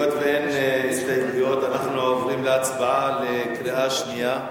היות שאין הסתייגויות אנחנו עוברים להצבעה בקריאה שנייה.